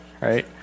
right